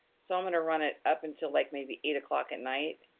so, i'm gonna run it up until like maybe eight o'clock at night.